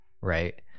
Right